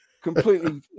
Completely